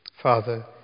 Father